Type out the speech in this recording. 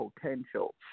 potential